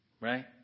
right